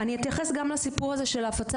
אני אתייחס גם לסיפור הזה של הפצת